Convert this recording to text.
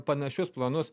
panašius planus